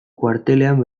kuartelean